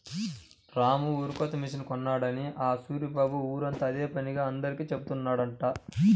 రాము వరికోత మిషన్ కొన్నాడని ఆ సూరిబాబు ఊరంతా అదే పనిగా అందరికీ జెబుతున్నాడంట